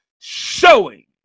showing